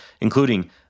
including